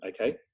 Okay